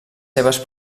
seves